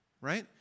Right